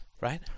Right